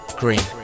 green